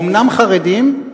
אומנם חרדים,